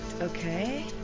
Okay